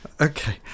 Okay